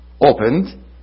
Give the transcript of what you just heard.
opened